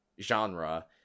genre